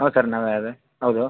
ಹೌದ್ ಸರ್ ನಾವೇ ಹೇಳ್ರಿ ಹೌದು